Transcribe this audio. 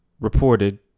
reported